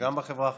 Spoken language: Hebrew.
גם בחברה החרדית.